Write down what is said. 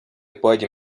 pode